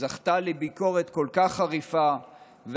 זכתה לביקורת כל כך חריפה,